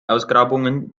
ausgrabungen